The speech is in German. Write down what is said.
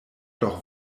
doch